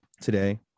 today